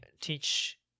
teach